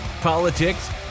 politics